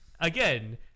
again